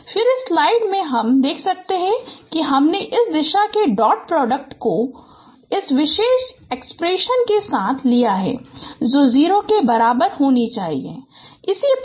फिर इस स्लाइड में हम देख सकते हैं कि हमने इस दिशा के डॉट प्रोडक्ट को इस विशेष एक्सप्रेशन के साथ लिया है जो 0 के बराबर होना चाहिए